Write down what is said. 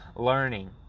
learning